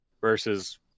versus